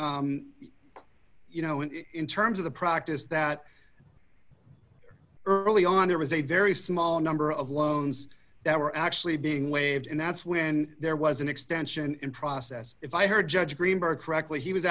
you know in terms of the practice that early on there was a very small number of loans that were actually being waived and that's when there was an extension in process if i heard judge greenberg correctly he was